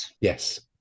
Yes